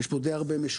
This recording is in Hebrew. יש פה די הרבה משושים,